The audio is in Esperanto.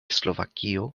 slovakio